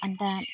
अन्त